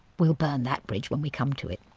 we'll burn that bridge when we come to it.